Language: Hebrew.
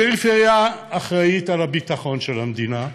הפריפריה אחראית לביטחון של המדינה,